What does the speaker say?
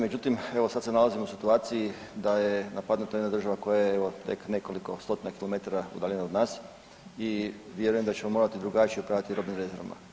Međutim evo sad se nalazimo u situaciji da je napadnuta jedna država koja je, evo, tek nekoliko stotina kilometara udaljena od nas i vjerujem da ćemo morati drugačije upravljati robnim zalihama.